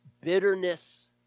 bitterness